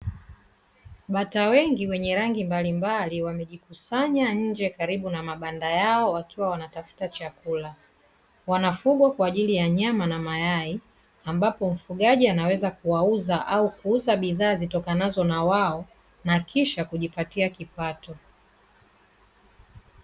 Bata wengi wenye rangi mbalimbali, wamejikusanya nje karibu na mabanda yao wakiwa wanatafuta chakula. Wanafugwa kwa ajili ya nyama na mayai, ambapo mfugaji anaweza kuwauza au kuuza bidhaa zitokanazo na wao na kisha kujipatia kipato.